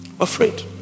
Afraid